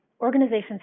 Organizations